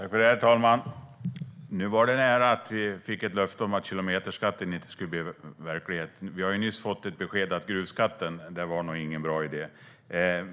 Herr talman! Nu var det nära att vi fick ett löfte om att kilometerskatten inte skulle bli verklighet. Vi har ju nyss fått ett besked om att gruvskatten nog inte var en bra idé.